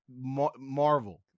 Marvel